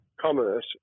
commerce